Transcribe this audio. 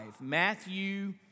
Matthew